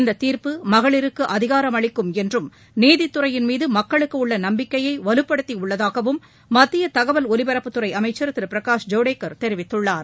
இந்த தீர்ப்பு மகளிருக்கு அதிகாரமளிக்கும் என்றும் நீதித்துறையின் மீது மக்களுக்கு உள்ள நம்பிக்கையை வலுப்படுத்தியுள்ளதாகவும் மத்திய தகவல் ஒலிபரப்புத்துறை அமைச்சர் திரு பிரகாஷ் ஜவடேகர் தெரிவித்துள்ளார்